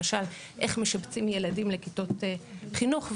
למשל, איך משבצים ילדים לכיתות חינוך.